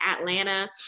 Atlanta